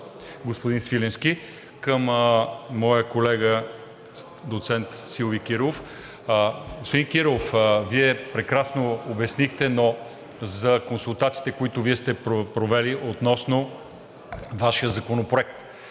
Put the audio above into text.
господин Свиленски. Към моя колега доцент Силви Кирилов. Господин Кирилов, Вие прекрасно обяснихте, но за консултациите, които Вие сте провели относно Вашия Законопроект,